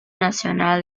nacional